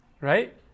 Right